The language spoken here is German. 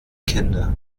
kinder